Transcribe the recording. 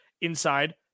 inside